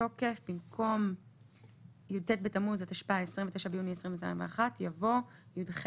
במקום "י"ט בתמוז התשפ"א (29 ביוני 2021)" יבוא "י"ח